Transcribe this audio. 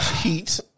heat